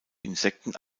insekten